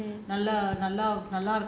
அப்டிதான்:apdithaan mm